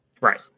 Right